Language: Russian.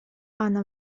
анна